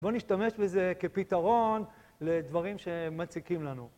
בואו נשתמש בזה כפתרון לדברים שמציקים לנו.